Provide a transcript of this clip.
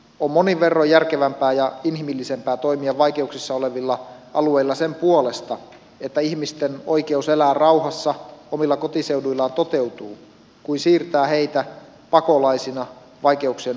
on monin verroin järkevämpää ja inhimillisempää toimia vaikeuksissa olevilla alueilla sen puolesta että ihmisten oikeus elää rauhassa omilla kotiseuduillaan toteutuu kuin siirtää heitä pakolaisina vaikeuksien alta pois